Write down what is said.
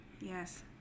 Yes